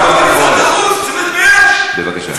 בבקשה.